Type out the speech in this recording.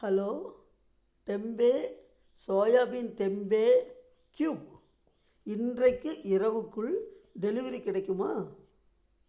hello tempeh soybean tempeh cube இன்றைக்கு இரவுக்குள் delivery கிடைக்குமா